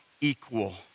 equal